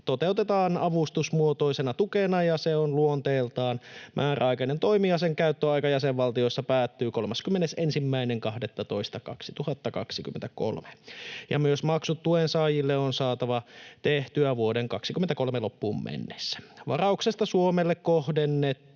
toteutetaan avustusmuotoisena tukena, ja se on luonteeltaan määräaikainen toimi. Sen käyttöaika jäsenvaltioissa päättyy 31.12.2023, ja myös maksut tuensaajille on saatava tehtyä vuoden 23 loppuun mennessä. Varauksesta Suomelle kohdennettu